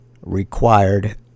required